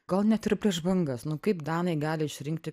gal net ir prieš bangas nu kaip danai gali išrinkti